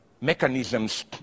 mechanisms